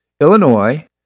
Illinois